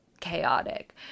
chaotic